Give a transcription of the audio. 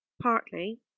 partly